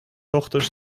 ochtends